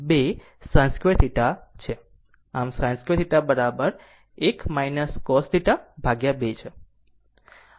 આમ sin2θ બરાબર 1 cosθ 2 છે